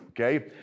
Okay